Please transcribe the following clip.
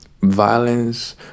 Violence